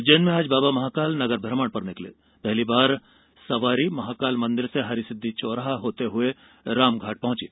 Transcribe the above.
उज्जैन में आज बाबा महाकाल नगर भ्रमण पर निकलें पहली बार सवारी महाकाल मंदिर से हरसिद्धि चौराहा होते हुए रामघाट पहुंची